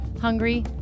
hungry